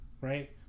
right